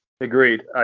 Agreed